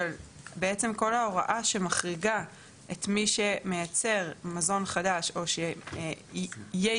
אבל כל ההוראה שמחריגה את מי שמייצר מזון חדש או שייצר